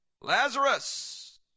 Lazarus